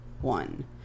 one